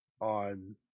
on